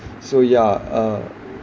so yeah uh